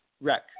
Wreck